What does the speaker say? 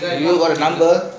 you are under